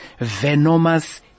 venomous